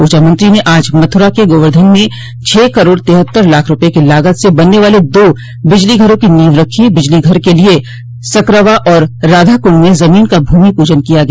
ऊर्जामंत्री ने आज मथुरा के गोवर्धन में छह करोड़ तिहत्तर लाख रूपये की लागत से बनने वाले दो बिजलीघरों की नींव रखी बिजलीघर के लिए सकरवा और राधाकुंड में जमीन का भूमि पूजन किया गया